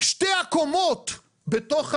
שתי הקומות בתוך הבניין,